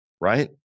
right